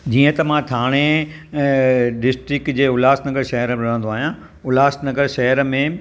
जीअं त मां थाणे डिस्ट्रिक जे उल्हासनगर शहर में रहंदो आहियां उल्हासनगर शहर में